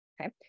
okay